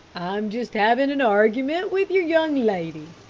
i'm just having an argument with your young lady.